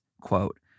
quote